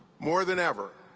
more than ever,